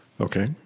Okay